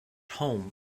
home